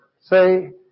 Say